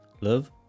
love